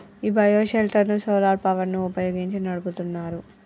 ఈ bio shelter ను solar power ని వుపయోగించి నడుపుతున్నారు